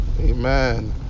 Amen